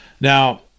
Now